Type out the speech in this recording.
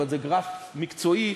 אבל זה גרף מקצועי,